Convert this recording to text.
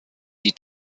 die